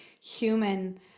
human